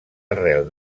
arrel